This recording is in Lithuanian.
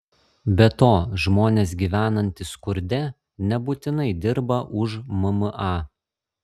be to žmonės gyvenantys skurde nebūtinai dirba už mma